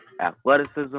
athleticism